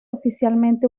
oficialmente